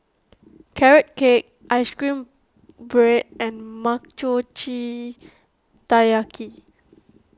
Carrot Cake Ice Cream Bread and Mochi Taiyaki